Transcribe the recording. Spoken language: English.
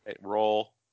roll